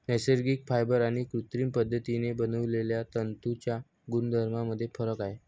नैसर्गिक फायबर आणि कृत्रिम पद्धतीने बनवलेल्या तंतूंच्या गुणधर्मांमध्ये फरक आहे